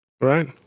Right